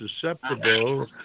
susceptible